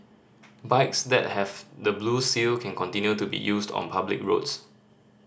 bikes that have the blue seal can continue to be used on public roads